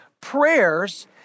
prayers